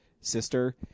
sister